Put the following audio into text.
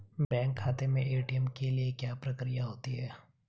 Bank खाते में ATM के लिए क्या प्रक्रिया होती है?